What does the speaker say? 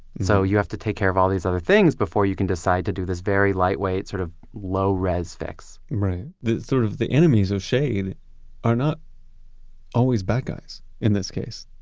so you have to take care of all these other things before you can decide to do this very lightweight, sort of low-res fix fix sort of the enemies of shade are not always bad guys. in this case,